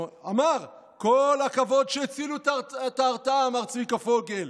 אמר: כל הכבוד שהצילו את ההרתעה, אמר צביקה פוגל.